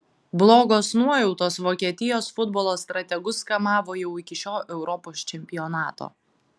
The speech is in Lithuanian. blogos nuojautos vokietijos futbolo strategus kamavo jau iki šio europos čempionato